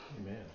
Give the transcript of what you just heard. Amen